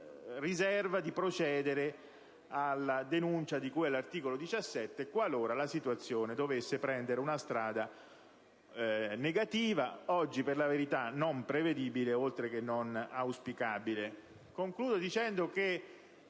riserva di procedere alla denuncia di cui all'articolo 17, qualora la situazione dovesse prendere una strada negativa, oggi per la verità non prevedibile, oltre che non auspicabile. Concludo, dicendo che